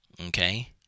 okay